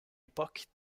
époque